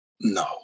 No